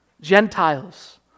Gentiles